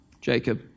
Jacob